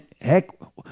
heck